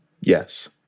Yes